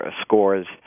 scores